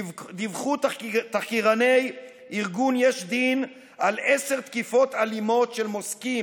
דיווחו תחקירני ארגון יש דין על עשר תקיפות אלימות של מוסקים,